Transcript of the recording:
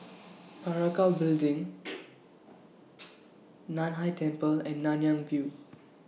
Parakou Building NAN Hai Temple and Nanyang View